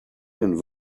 een